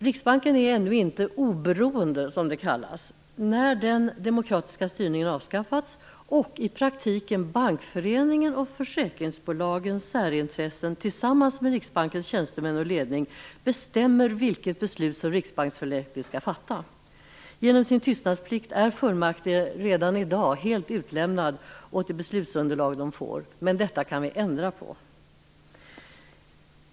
Riksbanken är ännu inte "oberoende", som det kallas när den demokratiska styrningen avskaffats och det i praktiken är Bankföreningens och försäkringsbolagens särintressen som tillsammans med Riksbankens tjänstemän och ledning bestämmer vilket beslut riksbanksfullmäktige skall fatta. Genom sin tystnadsplikt är de i fullmäktige redan i dag helt utlämnade åt det beslutsunderlag de får. Men detta kan vi ändra på.